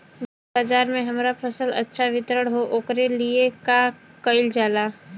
बाजार में हमार फसल अच्छा वितरण हो ओकर लिए का कइलजाला?